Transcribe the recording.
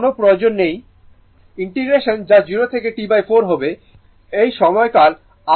শুধু সিমেট্রি থেকে এটি এখানে এই অংশ নিয়ে আসে যেন এটি পাস হচ্ছে যদিও বাস্তবতা এটি নয় কিন্তু যেন এটি অরিজিনের মধ্য দিয়ে যাচ্ছে